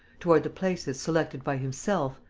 toward the places selected by himself,